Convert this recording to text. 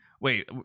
wait